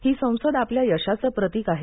ही संसद आपल्या यशाचं प्रतिक आहे